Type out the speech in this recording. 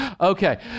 Okay